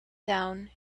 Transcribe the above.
down